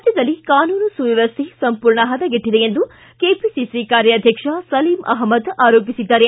ರಾಜ್ಞದಲ್ಲಿ ಕಾನೂನು ಸುವ್ದವಸ್ಥೆ ಸಂಪೂರ್ಣ ಹದಗೆಟ್ಟಿದೆ ಎಂದು ಕೆಪಿಸಿಸಿ ಕಾರ್ಯಾಧ್ಯಕ್ಷ ಸಲೀಂ ಅಷ್ಪದ್ ಆರೋಪಿಸಿದ್ದಾರೆ